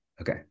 Okay